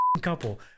couple